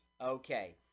Okay